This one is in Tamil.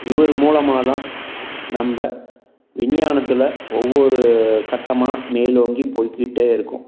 இவர் மூலமாக தான் நம்ப விஞ்ஞானத்தில் ஒவ்வொரு கட்டமாக மேலோங்கி போய்க்கிட்டே இருக்கோம்